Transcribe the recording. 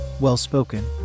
well-spoken